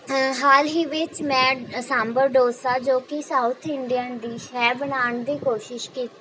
ਹਾਲ ਹੀ ਵਿੱਚ ਮੈਂ ਸਾਂਭਰ ਡੋਸਾ ਜੋ ਕਿ ਸਾਊਥ ਇੰਡੀਅਨ ਡਿਸ਼ ਹੈ ਬਣਾਉਣ ਦੀ ਕੋਸ਼ਿਸ਼ ਕੀਤੀ